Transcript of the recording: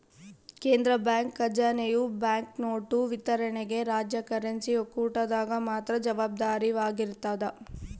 ಕೇಂದ್ರ ಬ್ಯಾಂಕ್ ಖಜಾನೆಯು ಬ್ಯಾಂಕ್ನೋಟು ವಿತರಣೆಗೆ ರಾಜ್ಯ ಕರೆನ್ಸಿ ಒಕ್ಕೂಟದಾಗ ಮಾತ್ರ ಜವಾಬ್ದಾರವಾಗಿರ್ತದ